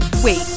Wait